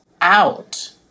out